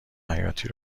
حیاتی